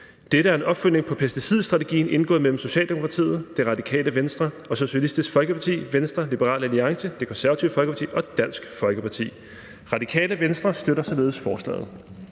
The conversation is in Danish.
Dette er en opfølgning på aftalen om en pesticidstrategi indgået mellem Socialdemokratiet, Det Radikale Venstre, Socialistisk Folkeparti, Venstre, Liberal Alliance, Det Konservative Folkeparti og Dansk Folkeparti. Radikale Venstre støtter således forslaget.